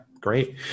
Great